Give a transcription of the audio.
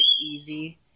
easy